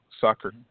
soccer